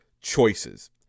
choices